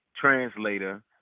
Translator